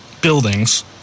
buildings